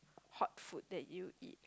hot food that you eat